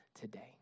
today